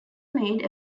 made